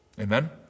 Amen